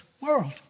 world